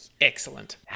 Excellent